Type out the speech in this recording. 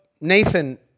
Nathan